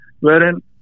wherein